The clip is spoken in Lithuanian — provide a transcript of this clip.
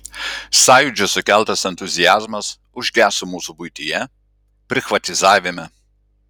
sąjūdžio sukeltas entuziazmas užgeso mūsų buityje prichvatizavime